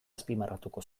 azpimarratuko